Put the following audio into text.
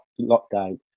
lockdown